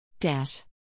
DASH